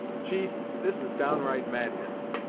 chief, this is downright madness.